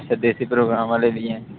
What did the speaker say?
अच्छा देसी प्रोग्राम आह्ले बी ऐ